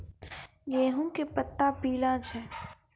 गेहूँ के पत्ता पीला छै?